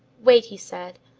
wait, he said.